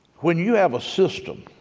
when you have a system